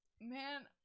Man